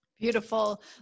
Beautiful